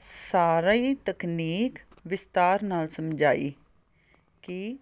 ਸਾਰੀ ਤਕਨੀਕ ਵਿਸਤਾਰ ਨਾਲ ਸਮਝਾਈ ਕਿ